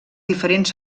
diferents